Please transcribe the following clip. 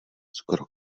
skoro